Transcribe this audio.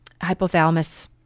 hypothalamus